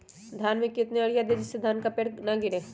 धान में कितना यूरिया दे जिससे धान का पेड़ ना गिरे?